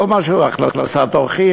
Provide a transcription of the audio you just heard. כל מה שהוא הכנסת אורחים.